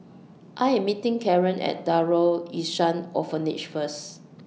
I Am meeting Karen At Darul Ihsan Orphanage First